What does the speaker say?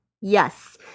Yes